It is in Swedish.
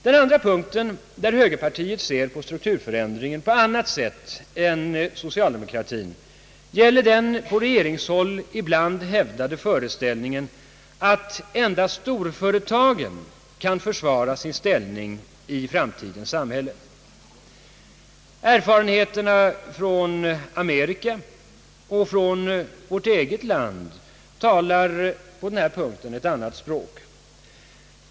Den andra punkten där högerpartiet ser på strukturförändringen på ett annat sätt än socialdemokratin gäller den på regeringshåll ibland hävdade föreställningen, att endast storföretagen kan försvara sin ställning i framtidens samhälle. Erfarenheterna från Amerika och från vårt eget land talar på den punkten ett annat språk.